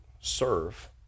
serve